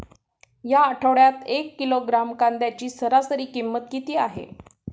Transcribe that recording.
या आठवड्यात एक किलोग्रॅम कांद्याची सरासरी किंमत किती आहे?